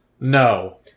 No